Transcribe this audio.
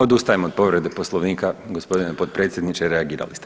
Odustajem od povrede Poslovnika gospodine potpredsjedniče, reagirali ste.